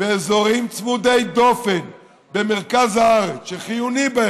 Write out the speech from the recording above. באזורים צמודי דופן במרכז הארץ שחיוני שיהיו